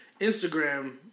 Instagram